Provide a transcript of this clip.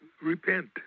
repent